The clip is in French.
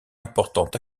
importante